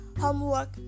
Homework